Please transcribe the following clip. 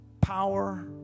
power